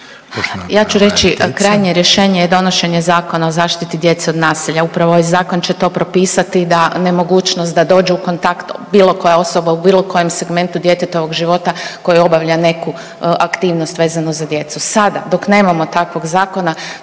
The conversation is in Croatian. Ja ću reći krajnje rješenje je donošenje Zakona o zaštiti djece od nasilja. Upravo ovaj zakon će to propisati da nemogućnost da dođe u kontakt bilo koja osoba u bilo kojem segmentu djetetovog života koje obavlja neku aktivnost vezano za djecu. Sada dok nemamo takvog zakona